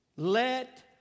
Let